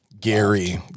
Gary